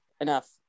enough